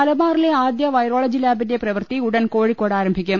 മലബാറിലെ ആദ്യ വൈറോളജി ലാബിന്റെ പ്രവൃത്തി ഉടൻ കോഴിക്കോട് ആരംഭിക്കും